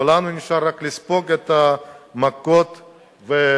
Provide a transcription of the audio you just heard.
ולנו נשאר רק לספוג את המכות ולשתוק.